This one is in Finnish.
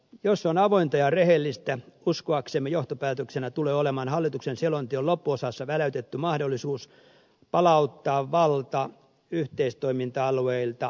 jos se on avointa ja rehellistä uskoaksemme johtopäätöksenä tulee olemaan hallituksen selonteon loppuosassa väläytetty mahdollisuus palauttaa valta yhteistoiminta alueilta takaisin valtuustoille